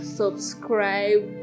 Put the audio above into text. subscribe